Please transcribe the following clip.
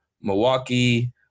Milwaukee